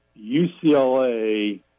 UCLA